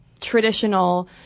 traditional